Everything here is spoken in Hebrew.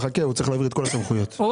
אני